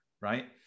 right